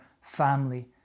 family